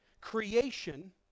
creation